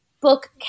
book